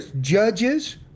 judges